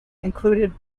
included